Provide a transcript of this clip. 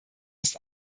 ist